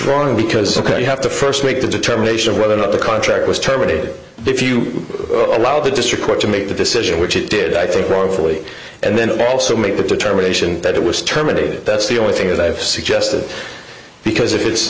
wrong because you have to st make the determination of what of the contract was terminated if you allow the district court to make the decision which it did i think roe fully and then also make the determination that it was terminated that's the only thing that i've suggested because if